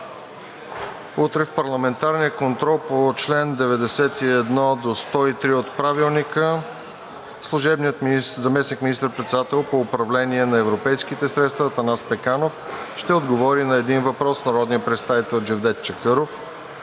утрешния парламентарен контрол по чл. 91 – 103 от Правилника: - служебният заместник министър-председател по управление на европейските средства Атанас Пеканов ще отговори на един въпрос от народния представител Джевдет Чакъров;